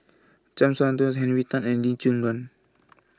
Cham Soon Tao Henry Tan and Lee Choon